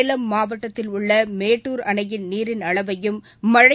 சேலம் மாவட்டத்தில் உள்ள மேட்டூர் அணையின் நீரின் அளவையும் மழை